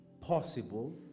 possible